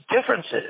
differences